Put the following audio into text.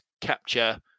capture